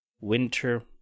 winter